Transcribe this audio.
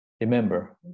Remember